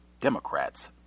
Democrats